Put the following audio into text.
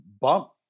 bump